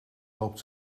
loopt